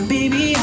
Baby